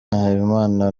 nahimana